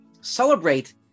celebrate